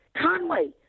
Conway